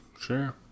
sure